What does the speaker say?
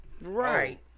Right